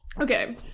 Okay